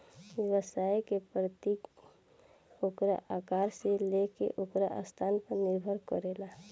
व्यवसाय के प्रकृति ओकरा आकार से लेके ओकर स्थान पर निर्भर करेला